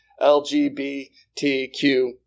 LGBTQ